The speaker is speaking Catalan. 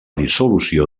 dissolució